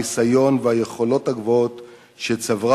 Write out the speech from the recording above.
הניסיון והיכולות הגבוהות שצברו